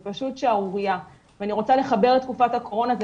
זה פשוט שערורייה ואני רוצה לחבר את תקופת הקורונה,